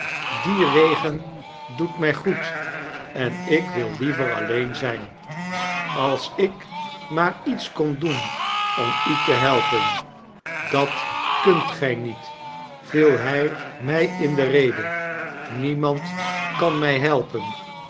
die regen doet mg goed en ik wil liever alleen zjjn ais ik maar iets kon doen omu tehelpen i dat kunt gg niet viel hg my in de rede niemand kan mg helpen